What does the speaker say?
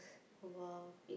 !wow!